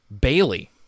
Bailey